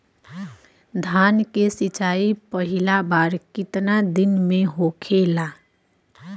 धान के सिचाई पहिला बार कितना दिन पे होखेला?